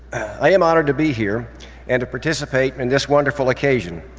i am honored to be here and to participate in this wonderful occasion.